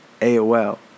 AOL